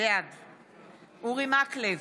בעד אורי מקלב,